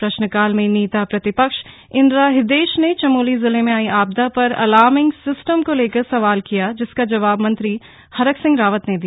प्रश्नकाल में नेता प्रतिपक्ष इंदिरा हृदयेश ने चमोली जिले में आयी आपदा पर अलार्मिंग सिस्टम को लेकर सवाल किया जिसका जवाब मंत्री हरक सिंह रावत ने दिया